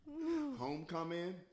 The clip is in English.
homecoming